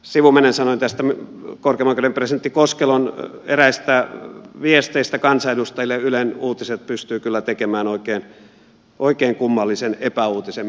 sivumennen sanoen näistä korkeimman oikeuden presidentti koskelon eräistä viesteistä kansanedustajille ylen uutiset pystyy kyllä tekemään oikein kummallisen epäuutisen